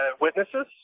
witnesses